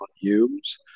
Humes